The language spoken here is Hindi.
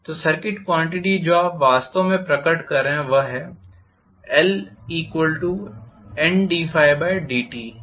तो सर्किट क्वांटिटी जो आप वास्तव में प्रकट कर रहे हैं वह LNddiहै